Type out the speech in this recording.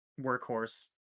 workhorse